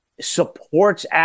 supports